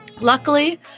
Luckily